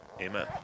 Amen